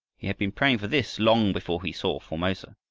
he had been praying for this long before he saw formosa.